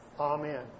Amen